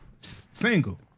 Single